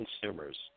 consumers